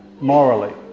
morally